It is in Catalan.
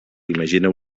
imagina